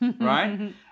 right